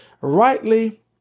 rightly